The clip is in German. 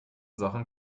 sachen